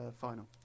final